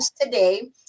today